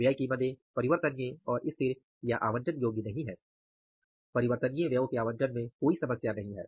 व्यय की मदें परिवर्तनीय और स्थिर या आवंटन योग्य नहीं है परिवर्तनीय व्ययों के आवंटन में कोई समस्या नहीं है